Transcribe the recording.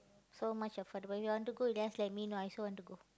so much affordable you want to go just let me know I also want to go